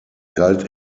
galt